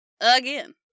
again